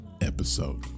episode